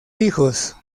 hijos